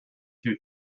too